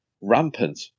rampant